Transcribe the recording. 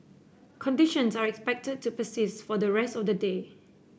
conditions are expected to persist for the rest of the day